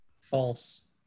False